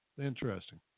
interesting